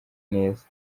neza